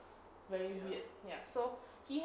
very weird ya so he